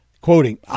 quoting